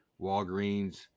walgreens